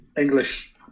English